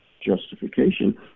justification